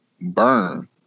burn